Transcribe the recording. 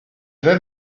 vais